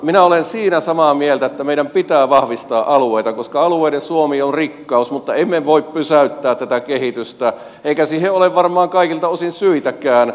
minä olen siinä samaa mieltä että meidän pitää vahvistaa alueita koska alueiden suomi on rikkaus mutta emme voi pysäyttää tätä kehitystä eikä siihen ole varmaan kaikilta osin syitäkään